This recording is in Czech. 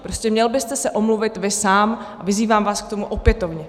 Prostě měl byste se omluvit vy sám, vyzývám vás k tomu opětovně!